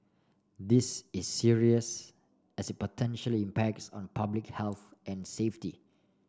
this is serious as potentially impacts on public health and safety